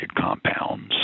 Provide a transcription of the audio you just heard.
compounds